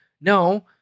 No